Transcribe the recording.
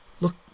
look